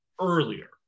earlier